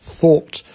thought